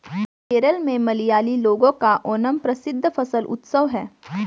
केरल में मलयाली लोगों का ओणम प्रसिद्ध फसल उत्सव है